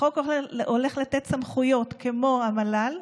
החוק הולך לתת סמכויות כמו למל"ל,